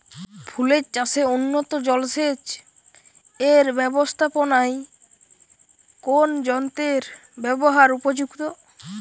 ফুলের চাষে উন্নত জলসেচ এর ব্যাবস্থাপনায় কোন যন্ত্রের ব্যবহার উপযুক্ত?